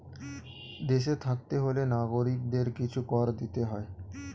দেশে থাকতে হলে নাগরিকদের কিছু কর দিতে হয়